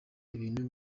ibintu